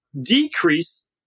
decrease